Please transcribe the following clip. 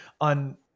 on